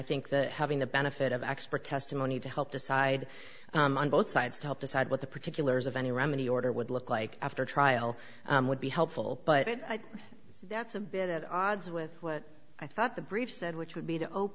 think that having the benefit of expert testimony to help decide on both sides to help decide what the particulars of any remedy order would look like after trial would be helpful but i think that's a bit at odds with what i thought the brief said which would be to open